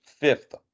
fifth